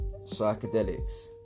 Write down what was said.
psychedelics